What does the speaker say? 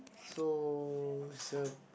so is a